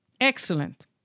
Excellent